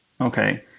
Okay